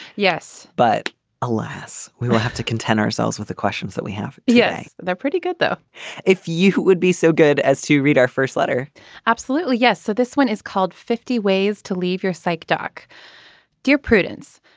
yes. but alas we will have to contend ourselves with the questions that we have. yes. they're pretty good though if you would be so good as to read our first letter absolutely yes. so this one is called fifty ways to leave your psych doc dear prudence.